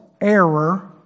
error